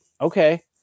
Okay